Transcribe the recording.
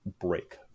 break